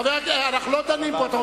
חבר הכנסת, אנחנו לא דנים פה.